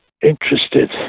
interested